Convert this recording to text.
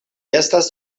estas